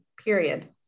period